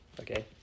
Okay